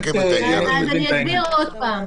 אני אסביר עוד פעם.